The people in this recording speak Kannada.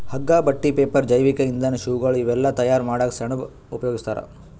ಹಗ್ಗಾ ಬಟ್ಟಿ ಪೇಪರ್ ಜೈವಿಕ್ ಇಂಧನ್ ಶೂಗಳ್ ಇವೆಲ್ಲಾ ತಯಾರ್ ಮಾಡಕ್ಕ್ ಸೆಣಬ್ ಉಪಯೋಗಸ್ತಾರ್